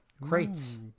crates